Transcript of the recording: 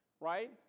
Right